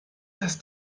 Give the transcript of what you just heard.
das